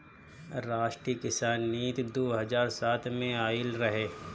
राष्ट्रीय किसान नीति दू हज़ार सात में आइल रहे